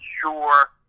sure